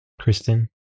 Kristen